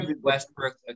Westbrook